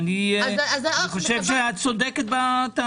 אני חושב שאת צודקת בטענה הזאת.